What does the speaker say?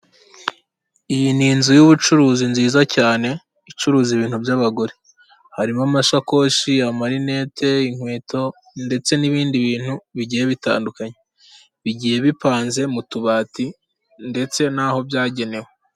Iyi ni inzu y'ubucuruzi nziza cyane icuruza ibintu by'abagore, harimo amasakoshi, amarinette, inkweto ndetse n'ibindi bintu bigiye bitandukanye bigiye bipanze mu tubati ndetse n'aho byagenewe.